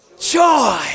joy